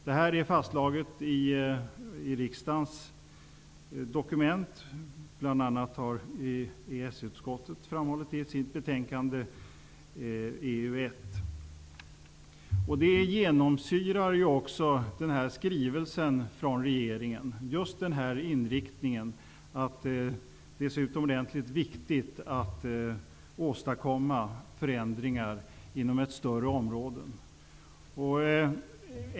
Det är fastslaget i riksdagens dokument. Bl.a. har EES-utskottet framållit det i sitt betänkande EU1. Just den inriktningen, att det är så utomordentligt viktigt att åstadkomma förändringar inom ett större område, genomsyrar också regeringens skrivelse.